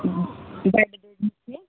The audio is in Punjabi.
ਬੈੱਡ ਦੇ ਨੀਚੇ